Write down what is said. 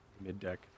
mid-deck